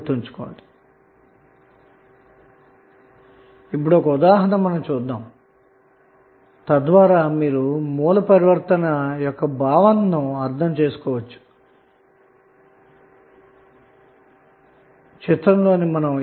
source transformation భావనను అర్థం చేసుకోవటానికి ఒక ఉదాహరణ చూద్దాం